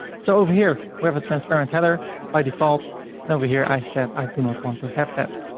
so over here, we have a transparent header by default and over here, i said i do not want to have that.